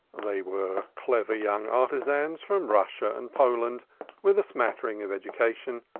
they were clever young artisans from russia and poland with a smattering of education,